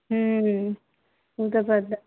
हुँ हुनकर बदला